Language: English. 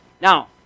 Now